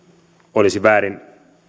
olisi väärin